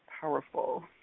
powerful